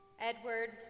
Edward